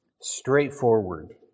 Straightforward